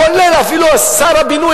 כולל אפילו שר הבינוי,